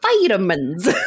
vitamins